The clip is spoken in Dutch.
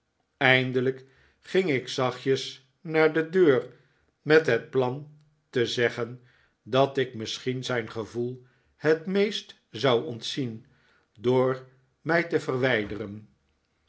eindelijk ging ik zachtjes naar de deur met het plan te zeggen dat ik misschien zijn gevoel het meest zou ontzien door mij te verwijderen